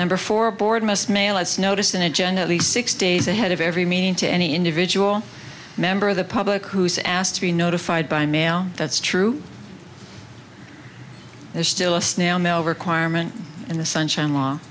member for a board must mail its notice an agenda at least six days ahead of every meeting to any individual member of the public who is asked to be notified by mail that's true there's still a snail mail requirement in the sunshine law